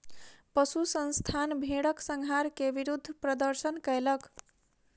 पशु संस्थान भेड़क संहार के विरुद्ध प्रदर्शन कयलक